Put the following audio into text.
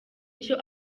icyo